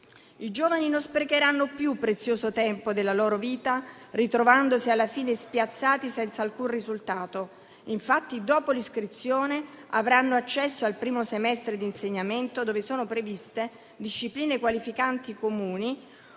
I giovani non sprecheranno più prezioso tempo della loro vita, ritrovandosi alla fine spiazzati e senza alcun risultato. Infatti, dopo l'iscrizione avranno accesso al primo semestre di insegnamento, dove sono previste discipline qualificanti comuni,